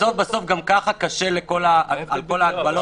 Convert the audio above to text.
בסוף בסוף גם ככה קשות כל ההגבלות האלה